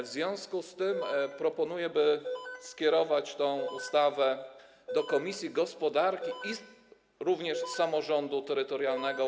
W związku z tym proponuję, by skierować tę ustawę do komisji gospodarki, jak również komisji samorządu terytorialnego.